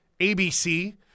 ABC